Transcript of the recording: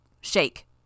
Shake